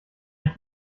ich